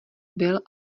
byl